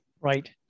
Right